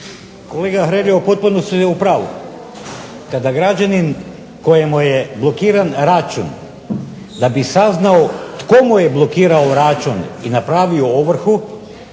Kolega Hrelja potpuno ste u pravu kada građanin kojemu je blokiran račun, da bi saznao tko mu je blokirao račun i napravio ovrhu